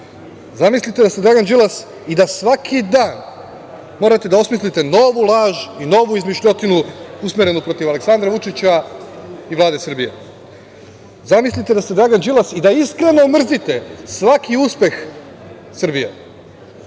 Zamislite da ste Dragan Đilas i da svaki dan morate da osmislite novu laž i novu izmišljotinu usmerenu protiv Aleksandra Vučića i Vlade Srbije. Zamislite da ste Dragan Đilas i da iskreno mrzite svaki uspeh